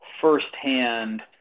firsthand